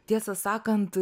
tiesą sakant